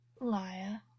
Liar